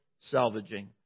salvaging